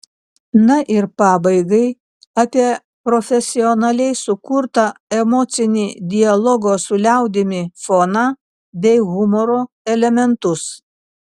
na ir pabaigai apie profesionaliai sukurtą emocinį dialogo su liaudimi foną bei humoro elementus